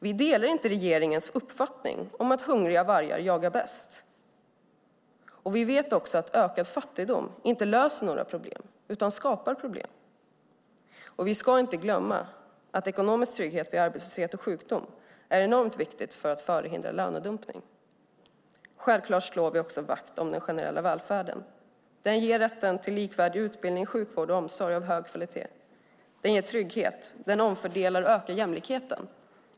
Vi delar inte regeringens uppfattning om att hungriga vargar jagar bäst. Vi vet också att ökad fattigdom inte löser några problem utan skapar problem. Vi ska inte glömma att ekonomisk trygghet vid arbetslöshet och sjukdom är enormt viktig för att förhindra lönedumpning. Självfallet slår vi också vakt om den generella välfärden. Den ger rätten till likvärdig utbildning, sjukvård och omsorg av hög kvalitet. Den ger trygghet. Den omfördelar och ökar jämlikheten.